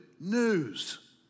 news